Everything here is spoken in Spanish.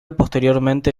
posteriormente